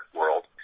world